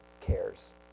cares